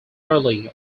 early